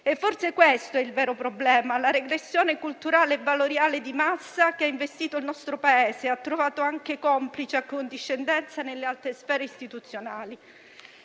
Forse è questo il vero problema: la regressione culturale e valoriale di massa che ha investito il nostro Paese e ha trovato anche complice accondiscendenza nelle alte sfere istituzionali.